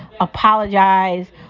apologize